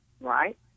right